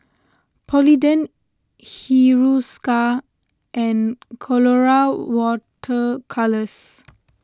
Polident Hiruscar and Colora Water Colours